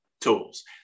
tools